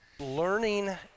learning